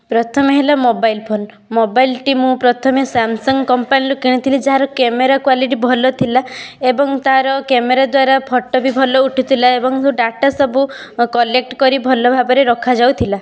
ପ୍ରଥମେ ହେଲା mobile phone ମୋବାଇଲଟି ମୁଁ ପ୍ରଥମେ ସ୍ୟାମସଙ୍ଗ କମ୍ପାନୀର କିଣିଥଲି ଯାହାର କ୍ୟାମେରା କ୍ୱାଲିଟି ଭଲ ଥିଲା ଏବଂ ତାହାର କ୍ୟାମେରା ଦ୍ଵାରା ଫଟୋ ବି ଭଲ ଉଠୁଥିଲା ଏବଂ ଡାଟା ସବୁ କଲେକ୍ଟ କରି ଭଲ ଭାବରେ ରଖାଯାଉଥିଲା